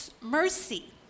mercy